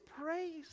praise